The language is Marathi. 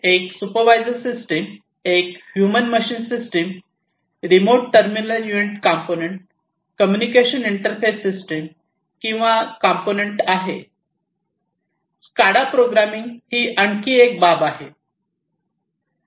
एक सुपरवायझर सिस्टम एक human machine system remote terminal unit component communication interface system किंवा कंपोनेंट आहे स्काडा प्रोग्रामिंग ही आणखी एक बाब आहे